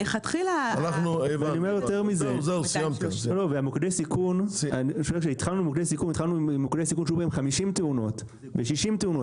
אני אומר יותר מזה: התחלנו עם מוקדי סיכון שהיו באמת 50 ו-60 תאונות.